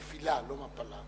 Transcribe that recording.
נפילה, לא מפלה.